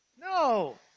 No